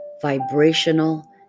vibrational